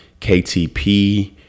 KTP